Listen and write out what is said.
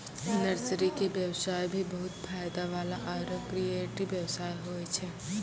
nursery के व्यवसाय भी बहुत फायदा वाला आरो क्रियेटिव व्यवसाय होय छै